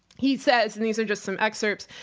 he says, and these are just some excerpts,